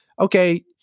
okay